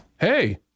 Hey